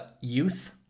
youth